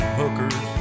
hookers